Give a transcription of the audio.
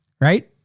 right